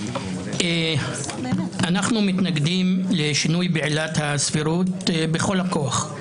אבל אנחנו מתנגדים לשינוי בעילת הסבירות בכל הכוח.